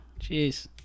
Jeez